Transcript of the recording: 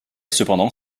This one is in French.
cependant